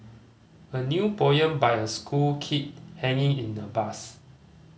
a new poem by a school kid hanging in a bus